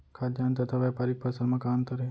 खाद्यान्न तथा व्यापारिक फसल मा का अंतर हे?